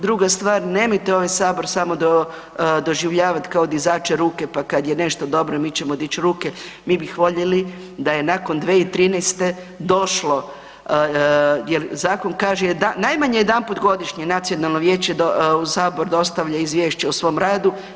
Druga stvar nemojte ova sabor samo doživljavati kao dizače ruke pa kad je nešto dobro mi ćemo dići ruke, mi bih voljeli da je nakon 2013. došlo, jer zakon kaže najmanje jedanput godišnje nacionalno vijeće u sabor dostavlja izvješće o svom radu.